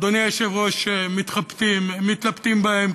אדוני היושב-ראש, מתחבטים ומתלבטים בהם.